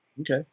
okay